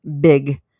big